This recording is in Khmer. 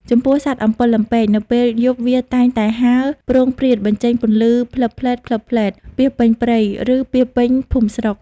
ចំពោះ សត្វអំពិលអំពែក នៅពេលយប់វាតែងតែហើរ ព្រោងព្រាតបញ្ចេញពន្លឺភ្លិបភ្លែតៗ ពាសពេញព្រៃ ឬពាសពេញភូមិស្រុក។